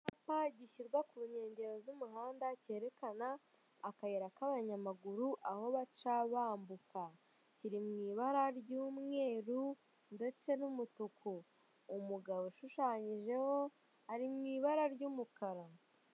Icyapa gishyirwa ku nkengero z'umuhanda cyerekana akayira k'abanyamaguru aho baca bambuka, kiri mu ibara ry'umweru ndetse n'umutuku, umugabo ushushanyijeho ari mu ibara ry'umukara.